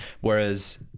whereas